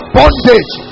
bondage